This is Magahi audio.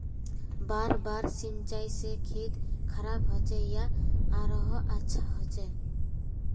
बार बार सिंचाई से खेत खराब होचे या आरोहो अच्छा होचए?